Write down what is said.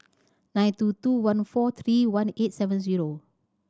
nine two two one four three one eight seven zero